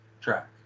track